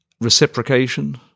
reciprocation